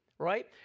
right